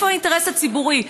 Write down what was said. איפה האינטרס הציבורי?